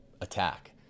attack